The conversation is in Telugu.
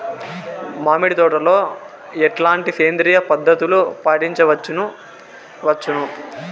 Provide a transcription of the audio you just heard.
మామిడి తోటలో ఎట్లాంటి సేంద్రియ పద్ధతులు పాటించవచ్చును వచ్చును?